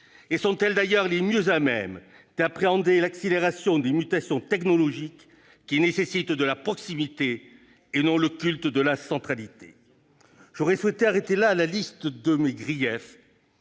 Et sont-elles d'ailleurs les mieux à même d'appréhender l'accélération des mutations technologiques qui nécessitent de la proximité et non le culte de la centralité ? J'aurais souhaité arrêter là la liste de mes griefs,